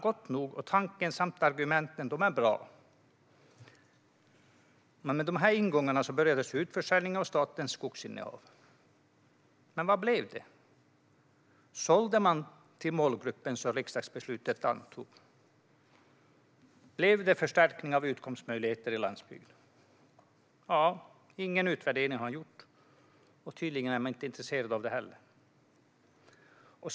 Gott nog, och tanken och argumenten är bra. Med dessa ingångar påbörjades utförsäljningen av statens skogsinnehav. Men hur blev det? Sålde man till de målgrupper som antogs i riksdagsbeslutet? Blev det förstärkning av utkomstmöjligheterna i landsbygd? Ingen utvärdering har gjorts, och tydligen är riksdagen inte heller intresserad av det.